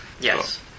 Yes